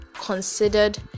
considered